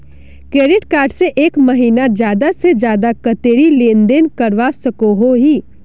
Credit card से एक महीनात ज्यादा से ज्यादा कतेरी लेन देन करवा सकोहो ही?